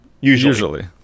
Usually